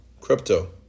Crypto